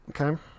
Okay